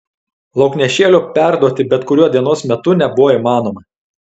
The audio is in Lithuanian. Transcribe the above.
lauknešėlio perduoti bet kuriuo dienos metu nebuvo įmanoma